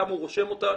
כמה הוא רושם אותנו,